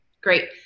Great